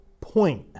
point